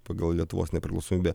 pagal lietuvos nepriklausomybę